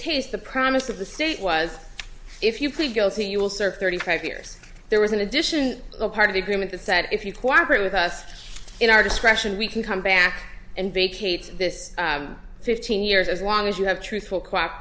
case the promise of the state was if you plead guilty you will serve thirty five years there was in addition a part of the agreement that said if you cooperate with us in our discretion we can come back and vacate this fifteen years as long as you have truthful c